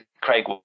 craig